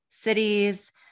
cities